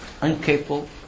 Uncapable